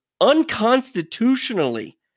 unconstitutionally